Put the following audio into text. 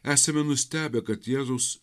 esame nustebę kad jėzus